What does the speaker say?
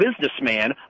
businessman